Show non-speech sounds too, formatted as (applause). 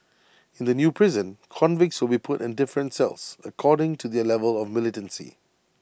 (noise) in the new prison convicts will be put in different cells according to their level of militancy